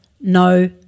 no